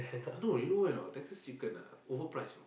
no you know why or not Texas chicken ah overprice you know